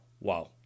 Wow